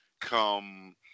come